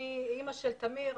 אני אימא של תמיר.